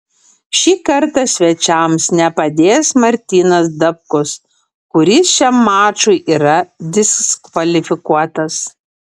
šį kartą svečiams nepadės martynas dapkus kuris šiam mačui yra diskvalifikuotas